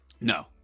No